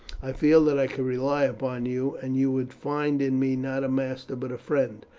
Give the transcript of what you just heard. i feel that i could rely upon you, and you would find in me not a master but a friend.